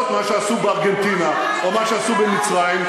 מה שעשו בארגנטינה או מה שעשו במצרים,